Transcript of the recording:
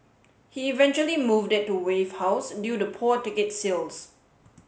he eventually moved it to Wave House due to poor ticket sales